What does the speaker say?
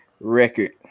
record